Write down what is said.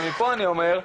ומפה אני אומר,